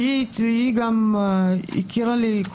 והיא הכירה לי,